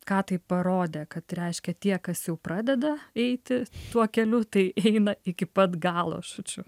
ką tai parodė kad reiškia tie kas jau pradeda eiti tuo keliu tai eina iki pat galo žodžiu